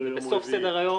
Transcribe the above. בסוף סדר היום,